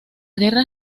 guerra